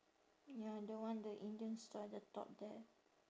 ya the one the indian store at the top there